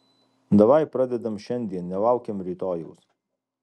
davai pradedam šiandien nelaukiam rytojaus